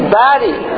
body